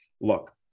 Look